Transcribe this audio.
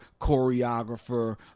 choreographer